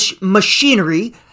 machinery